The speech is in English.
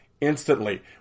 instantly